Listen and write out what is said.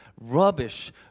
rubbish